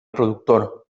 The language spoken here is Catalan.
productor